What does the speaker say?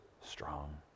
strong